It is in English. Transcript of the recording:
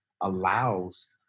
allows